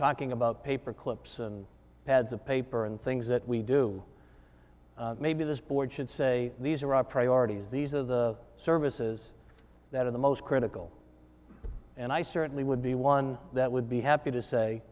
talking about paper clips and pads of paper and things that we do maybe this board should say these are our priorities these are the services that are the most critical and i certainly would be one that would be happy to say